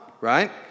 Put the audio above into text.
right